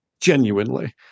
genuinely